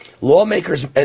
Lawmakers